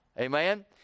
Amen